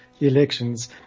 elections